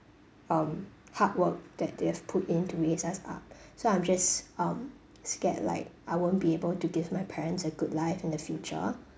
um hard work that they've put in to raise us up so I'm just um scared like I won't be able to give my parents a good life in the future